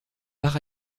par